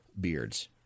beards